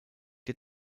der